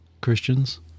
christians